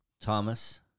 Thomas